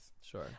Sure